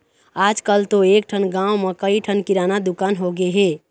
आजकल तो एकठन गाँव म कइ ठन किराना दुकान होगे हे